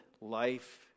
life